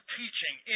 teaching